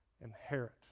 inherit